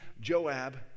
Joab